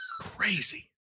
Crazy